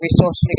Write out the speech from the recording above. resources